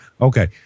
okay